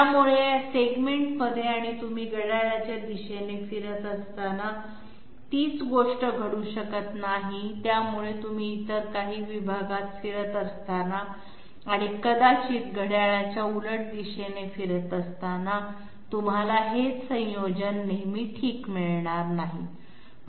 त्यामुळे या सेगमेंटमध्ये आणि तुम्ही घड्याळाच्या दिशेने फिरत असताना तीच गोष्ट घडू शकत नाही त्यामुळे तुम्ही इतर काही विभागात फिरत असताना आणि कदाचित घड्याळाच्या उलट दिशेने फिरत असताना तुम्हाला हेच संयोजन नेहमी ठीक मिळणार नाही